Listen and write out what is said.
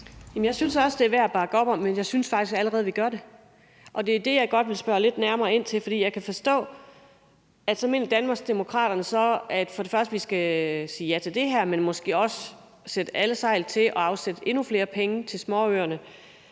Jeg synes også, det er værd at bakke op om, men jeg synes faktisk allerede, vi gør det. Og det er det, jeg godt vil spørge lidt nærmere ind til, for jeg kan forstå, at så mener Danmarksdemokraterne, at vi skal sige ja til det her, men måske også sætte alle sejl til og afsætte endnu flere penge til småøerne.